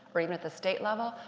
or even at the state level?